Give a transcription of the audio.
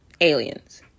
aliens